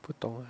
不懂啊